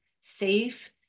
safe